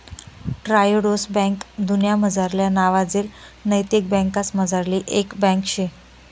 Triodos bank दुन्यामझारल्या नावाजेल नैतिक बँकासमझारली एक बँक शे